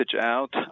out